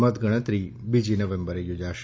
મત ગણતરી બીજી નવેમ્બરે યોજાશે